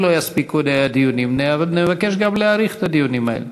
אם לא יספיקו הדיונים נבקש גם להאריך את הדיונים האלה.